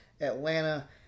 Atlanta